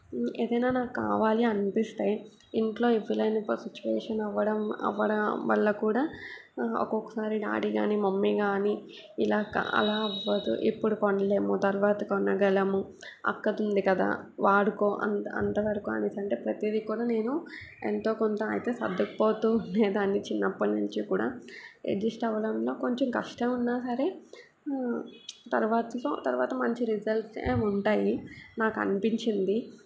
ఏదైనా నాకు కావాలి అనిపిస్తే ఇంట్లో ఇవ్వలేని సిచ్యువేషన్ అవడం అవడం వల్ల కూడా ఒక్కొక్కసారి డాడీ కానీ మమ్మీ కానీ ఇలా అలా అవదు ఇప్పుడు కొనలేము తరువాత కొనగలము అక్కది ఉంది కదా వాడుకో అంత అంత వరకు అనేసి అంటే ప్రతీదీ కొనలేను ఎంతోకొంత అయితే సర్దుకుపోతూ ఉండేదాన్ని చిన్నప్పటి నుంచి కూడా అడ్జస్ట్ అవ్వడంలో కొంచెం కష్టం ఉన్నా సరే తరువాత సో తరువాత మంచి రిజల్ట్సే ఉంటాయి నాకు అనిపించింది